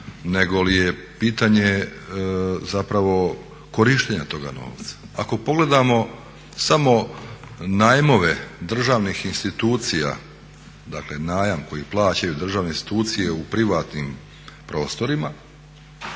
nego je pitanje zapravo korištenja toga novca. Ako pogledamo samo najmove državnih institucija, dakle najam koji plaćaju državne institucije u privatnim prostorima,